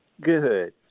good